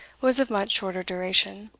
was of much shorter duration.